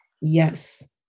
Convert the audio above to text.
yes